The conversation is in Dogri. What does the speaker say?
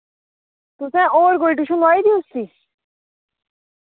तुसें होर कोई ट्यूशन लोआई दी उस्सी